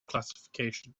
classification